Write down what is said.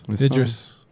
Idris